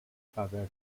paper